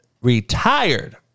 retired